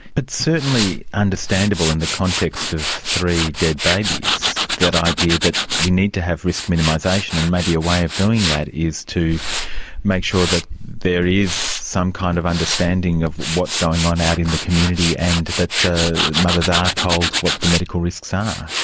but certainly understandable in the context of three dead babies, that idea that we need to have risk minimisation, and maybe your ah way of doing that is to make sure that there is some kind of understanding of what's going on out in the community and that mothers are told what the medical risks ah are.